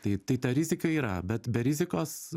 tai tai ta rizika yra bet be rizikos